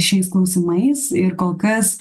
šiais klausimais ir kol kas